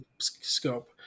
scope